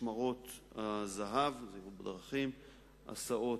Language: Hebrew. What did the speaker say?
משמרות הזה"ב, הסעות,